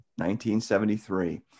1973